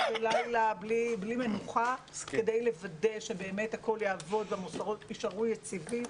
ולילה בלי מנוחה כדי לוודא שבאמת הכול יעבוד והמוסדות יישארו יציבים.